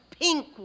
Pink